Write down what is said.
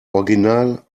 original